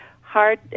hard